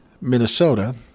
Minnesota